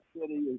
city